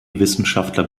wissenschaftler